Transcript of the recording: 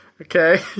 Okay